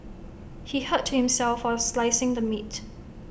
he hurt himself while slicing the meat